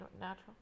natural